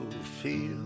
feel